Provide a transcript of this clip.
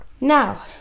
Now